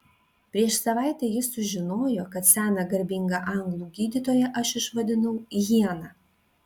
prieš savaitę jis sužinojo kad seną garbingą anglų gydytoją aš išvadinau hiena